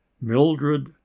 Mildred